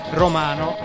romano